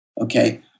okay